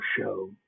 show